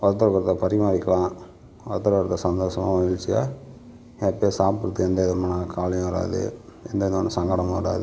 ஒருத்தருக்கொருத்தர் பரிமாறிக்கலாம் ஒருத்தருக்கொருத்தர் சந்தோஷமாகவும் ஈஸியாக ஹேப்பியாக சாப்பிட்றதுக்கு எந்தவிதமான கவலையும் வராது எந்தவிதமான சங்கடமும் வராது